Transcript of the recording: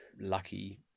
lucky